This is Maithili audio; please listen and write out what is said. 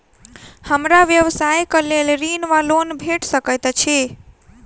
हमरा व्यवसाय कऽ लेल ऋण वा लोन भेट सकैत अछि?